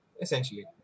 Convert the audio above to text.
essentially